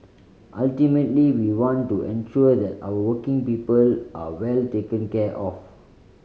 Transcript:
ultimately we want to ensure that our working people are well taken care of